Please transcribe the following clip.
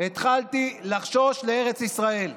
התחלתי לחשוש לארץ ישראל.